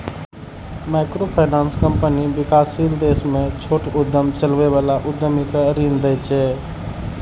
microfinance company विकासशील देश मे छोट उद्यम चलबै बला उद्यमी कें ऋण दै छै